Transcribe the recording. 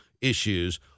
issues